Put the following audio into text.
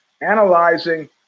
analyzing